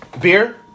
Beer